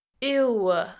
Ew